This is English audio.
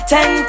Ten